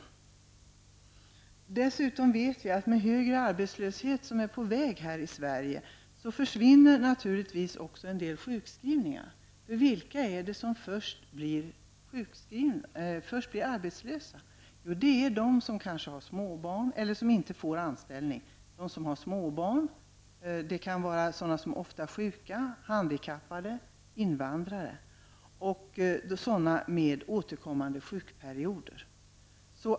Vi vet dessutom att med den högre arbetslöshet som är på väg här i Sverige försvinner en del sjukskrivningar. Vilka är det som först blir arbetslösa? Jo, det är de som inte får anställning därför att de har småbarn, det är handikappade och invandrare eller personer med ofta återkommande sjukperioder.